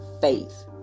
faith